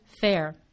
fair